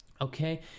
Okay